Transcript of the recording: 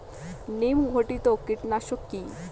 নিম ঘটিত কীটনাশক কি?